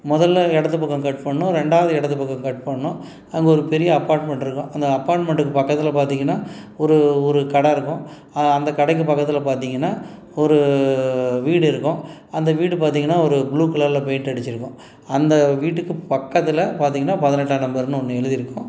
முதல்ல இடது பக்கம் கட் பண்ணும் ரெண்டாவது இடது பக்கம் கட் பண்ணணும் அங்கே ஒரு பெரிய அபார்ட்மெண்ட் இருக்கும் அந்த அபார்ட்மெண்ட்டுக்கு பக்கத்தில் பார்த்திங்கன்னா ஒரு ஒரு கடை இருக்கும் அந்த கடைக்கு பக்கத்தில் பார்த்திங்கன்னா ஒரு வீடு இருக்கும் அந்த வீடு பார்த்திங்கன்னா ஒரு ப்ளூ கலரில் பெயிண்ட் அடிச்சுருக்கும் அந்த வீட்டுக்கு பக்கத்தில் பார்த்திங்கன்னா பதினெட்டாம் நம்பர்ன்னு ஒன்று எழுதிருக்கும்